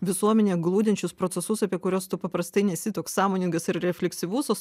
visuomenėje glūdinčius procesus apie kuriuos tu paprastai nesi toks sąmoningas ir refleksyvus